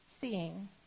seeing